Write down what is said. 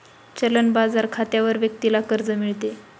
चलन बाजार खात्यावर व्यक्तीला कर्ज मिळते